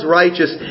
righteous